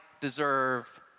deserve